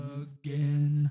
again